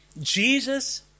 Jesus